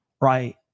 right